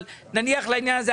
אבל נניח לעניין הזה.